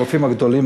הרופאים הגדולים,